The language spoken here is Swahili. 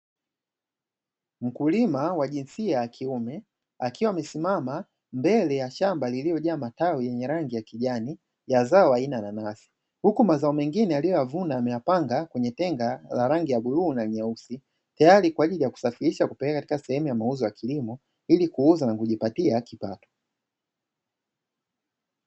Mkulima wa jinsia ya kiume akiwa amesimama mbele ya shamba lililojaa matawi yenye rangi ya kijani ya zao aina ya nanasi, huku mazao mengine aliyoyavuna ameyapanga kwenye tenga la rangi ya bluu na nyeusi, tayari kwa ajili ya kusafirisha kupeleka katika sehemu ya mauzo ya kilimo, ili kuuza na kujipatia kipato.